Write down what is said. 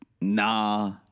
Nah